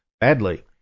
Badly